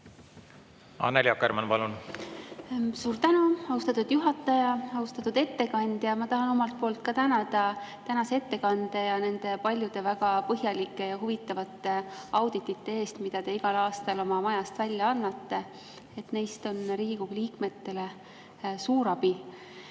Annely Akkermann, palun! Suur tänu, austatud juhataja! Austatud ettekandja! Ma tahan omalt poolt ka tänada tänase ettekande ja nende paljude väga põhjalike ja huvitavate auditite eest, mida te igal aastal oma majast välja annate. Neist on Riigikogu liikmetele suur abi.